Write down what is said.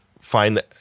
find